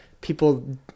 people